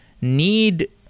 need